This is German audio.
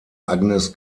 agnes